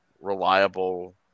reliable